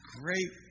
great